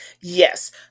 Yes